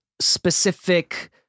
specific